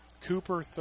Cooper